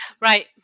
Right